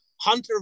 Hunter